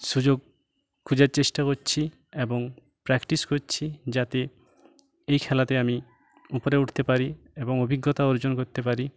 সুযোগ খোঁজার চেষ্টা করছি এবং প্র্যাকটিস করছি যাতে এই খেলাতে আমি উপরে উঠতে পারি এবং অভিজ্ঞতা অর্জন করতে পারি